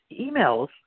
emails